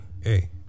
hey